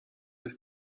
ist